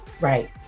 Right